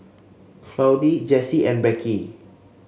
Claudie Jessie and Becky